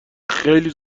خیلی